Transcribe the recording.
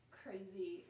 crazy